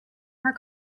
her